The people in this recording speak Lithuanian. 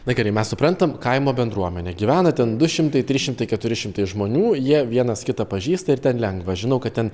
na gerai mes suprantam kaimo bendruomenė gyvena ten du šimtai trys šimtai keturi šimtai žmonių jie vienas kitą pažįsta ir ten lengva žinau kad ten